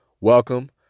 welcome